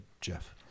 Jeff